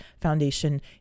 foundation